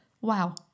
Wow